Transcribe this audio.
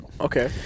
Okay